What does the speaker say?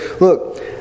look